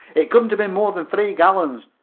it couldn't have been more than three gallons,